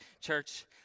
Church